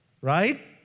right